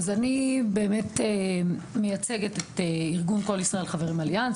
באמת מייצגת את ארגון "כל ישראל חברים - אליאנס",